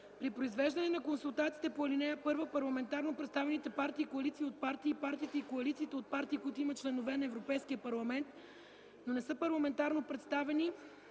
При произвеждане на консултациите по ал. 1 парламентарно представените партии и коалиции от партии и партиите и коалициите от партии, които имат членове на Европейския парламент, но не са парламентарно представени,